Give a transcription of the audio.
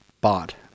bought